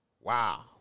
wow